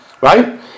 right